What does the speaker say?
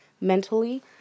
mentally